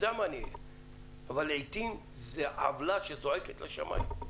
אבל לעתים זו עוולה שזועקת לשמיים.